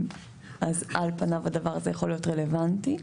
אז על פניו הדבר הזה יכול להיות רלוונטי.